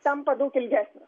tampa daug ilgesnis